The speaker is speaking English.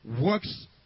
works